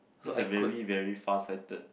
that's very very farsighted